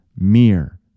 mere